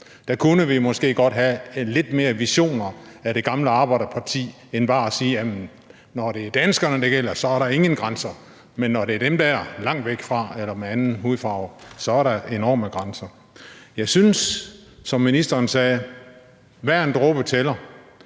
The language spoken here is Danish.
Der kunne vi måske godt have lidt flere visioner fra det gamle arbejderparti end bare at sige: Jamen når det er danskerne, det gælder, så er der ingen grænser, men når det gælder dem der langt væk fra os eller dem med anden hudfarve, så er der enorme grænser. Jeg synes, som ministeren sagde, at hver en dråbe tæller,